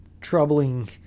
troubling